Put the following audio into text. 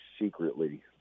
secretly